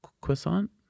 croissant